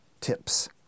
tips